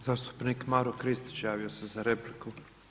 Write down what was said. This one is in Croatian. Zastupnik Maro Kristić javio se za repliku.